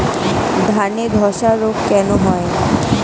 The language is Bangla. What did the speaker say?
ধানে ধসা রোগ কেন হয়?